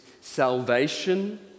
salvation